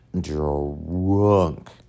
drunk